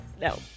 No